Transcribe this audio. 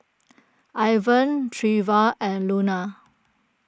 Ivan Trever and Luna